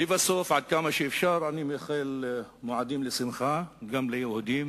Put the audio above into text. לבסוף, אני מאחל מועדים לשמחה גם ליהודים